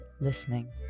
listening